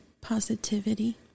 positivity